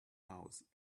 house